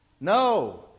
No